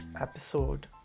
episode